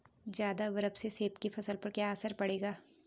ज़्यादा बर्फ से सेब की फसल पर क्या असर पड़ेगा?